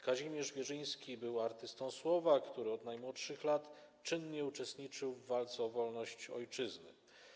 Kazimierz Wierzyński był artystą słowa, który od najmłodszych lat czynnie uczestniczył w walce o wolność ojczyzny.